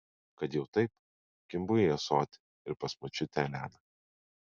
kad jau taip kimbu į ąsotį ir pas močiutę eleną